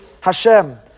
Hashem